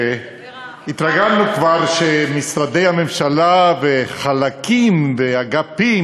התרגלנו כבר שמשרדי הממשלה וחלקים ואגפים